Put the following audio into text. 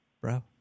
bro